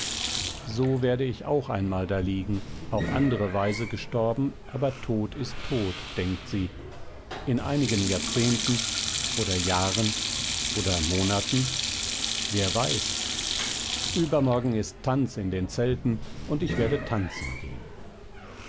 so werde ich auch einmal da liegen auf andere weise gestorben aber tod ist tod denkt sie in einigen jahrzehnten oder jahren oder monaten wer weiß übermorgen ist tanz in den zelten und ich werde tanzen gehen